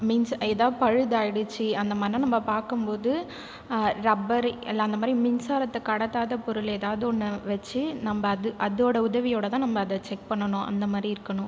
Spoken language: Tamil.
மின்சாரம் எதாவது பழுதாயிடுச்சு அந்த மாதிரிலா நம்ப பார்க்கும் போது ரப்பர் இல்லை அந்த மாதிரி மின்சாரத்தை கடத்தாத பொருள் எதாவது ஒன்றை வச்சு நம்ப அது அதோடய உதவியோடு தான் நம்ப அதை செக் பண்ணணும் அந்த மாதிரி இருக்கணும்